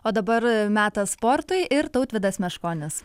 o dabar metas sportui ir tautvydas meškonis